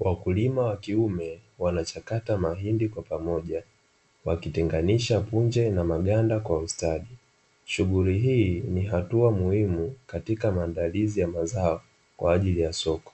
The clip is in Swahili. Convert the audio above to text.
Wakulima wa kiume, wanachakata mahindi kwa pamoja. Wakitenganisha punje na maganda kwa ustadi. Shughuli hii ni hatua muhimu katika maandalizi ya mazao kwaajili ya soko,